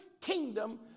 kingdom